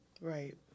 Right